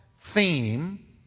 theme